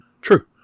True